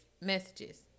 messages